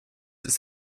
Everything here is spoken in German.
ist